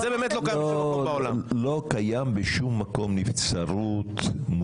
לא קיימת בשום מקום נבצרות של ראש ממשלה שלא מטעמי בריאות.